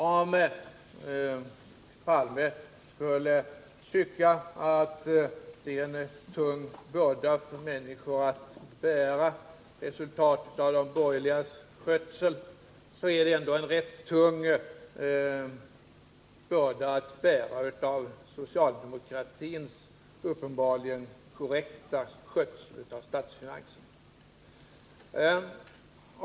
Om Olof Palme skulle tycka att resultaten av de borgerligas skötsel av statsfinanserna är en tung börda för människor att bära, så är ändå resultaten av socialdemokratins uppenbarligen korrekta skötsel av statsfinanserna också en rätt tung börda att bära.